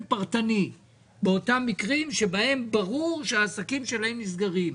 פרטני באותם מקרים שבהם ברור שהעסקים שלהם נסגרים.